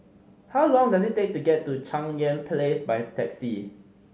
how long does it take to get to Cheng Yan Place by taxi